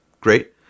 great